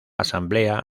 asamblea